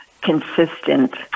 consistent